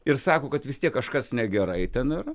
ir sako kad vis tiek kažkas negerai ten yra